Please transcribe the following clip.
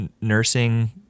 nursing